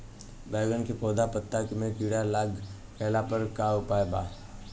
बैगन के पौधा के पत्ता मे कीड़ा लाग गैला पर का उपाय बा?